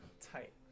Tight